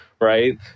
Right